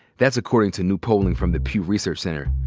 that's according to new polling from the pugh research center.